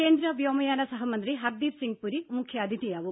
കേന്ദ്ര വ്യോമയാന സഹമന്ത്രി ഹർദീപ് സിംഗ് പുരി മുഖ്യാതിഥിയാവും